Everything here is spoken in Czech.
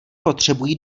potřebují